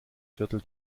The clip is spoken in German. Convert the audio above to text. viertel